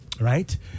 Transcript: right